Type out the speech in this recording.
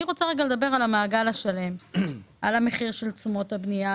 אני רוצה לרגע לדבר על המעגל השלם: על המחיר של תשומות הבנייה,